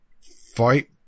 fight